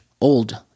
old